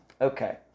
Okay